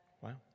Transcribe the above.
Wow